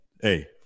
Hey